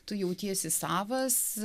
tu jautiesi savas